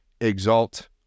exalt